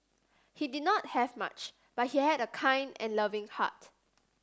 he did not have much but he had a kind and loving heart